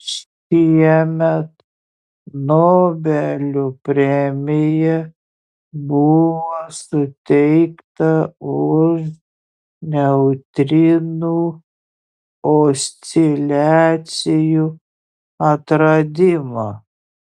šiemet nobelio premija buvo suteikta už neutrinų osciliacijų atradimą